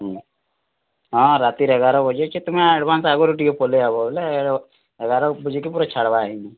ହୁଁ ହଁ ରାତିର୍ ଏଗାର ବଜେ ଅଛେ ତୁମେ ଏଡ଼୍ଭାନ୍ସ ଆଗ୍ରୁ ଟିକେ ପଲେଇ ଆଇବ ବଏଲେ ଏଗାର ବଜେକେ ପୂରା ଛାଡ଼୍ବା ହିଁ